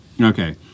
Okay